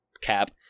Cap